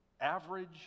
average